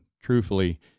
truthfully